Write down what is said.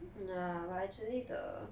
ya but actually the